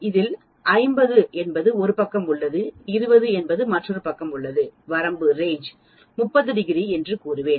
இதில் 50 என்பது ஒரு பக்கம் உள்ளது 20 என்பது மற்றொரு பக்கம் உள்ளது வரம்பு 30 °என்று கூறுவேன்